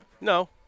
No